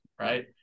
Right